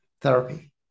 therapy